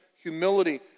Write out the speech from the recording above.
humility